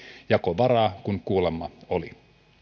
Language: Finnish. jakovaraa kun kuulemma oli